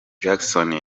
jackson